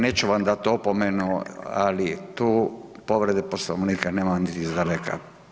Neću vam dati opomenu, ali tu povrede Poslovnika nema niti izdaleka.